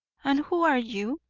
and who are you?